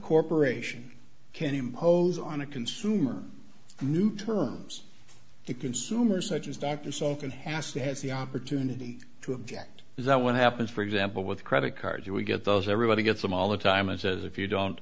corporation can impose on a consumer new terms to consumers such as doctors often has to have the opportunity to object is that what happens for example with credit cards we get those everybody gets them all the time and says if you don't